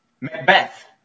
Macbeth